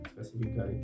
specifically